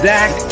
Zach